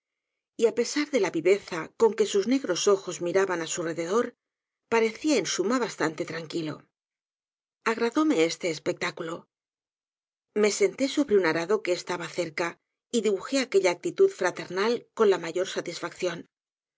y á pesar da la viveza con que sus negros ojos miraban á su rededor parecía en suma bastante tranquilo agradóme esté espectáculo me senté sobre un aradb que estaba cerca j dibujé aquella actitud fraternal con la mayor satisfacción